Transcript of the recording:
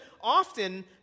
often